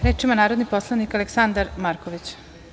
Reč ima narodni poslanik Aleksandar Marković.